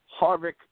Harvick